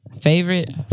favorite